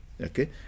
Okay